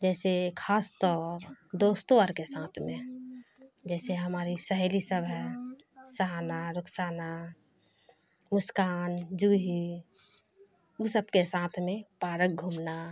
جیسے خاص طور دوستوں اور کے ساتھ میں جیسے ہماری سہیلی سب ہے شہانہ رخسانہ مسکان جوہی وہ سب کے ساتھ میں پارک گھومنا